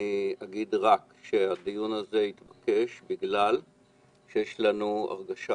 רק אגיד שהדיון הזה התבקש בגלל שיש לנו הרגשה